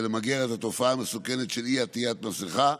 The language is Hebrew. למגר את התופעה המסוכנת של אי-עטיית מסכה.